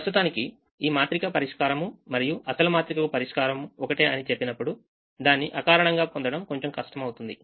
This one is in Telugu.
ప్రస్తుతానికి ఈ మాత్రిక పరిష్కారం మరియు అసలు మాత్రిక కు పరిష్కారం ఒకటే అని చెప్పినప్పుడు దాన్ని అకారణంగా పొందడం కొంచెం కష్టం అవుతుంది